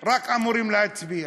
הם רק אמורים להצביע,